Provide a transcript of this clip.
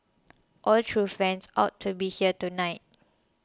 all true fans ought to be here tonight